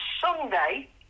Sunday